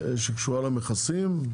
שקשורה למכסים,